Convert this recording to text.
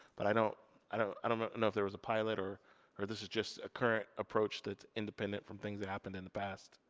but i don't i don't know if there was a pilot, or or this is just a current approach that's independent from things that happened in the past?